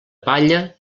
palla